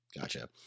gotcha